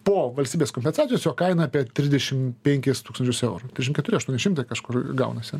po valstybės kompensacijos jo kaina apie trisdešim penkis tūkstančius eurų trisdešim keturi aštuoni šimtai kažkur gaunasi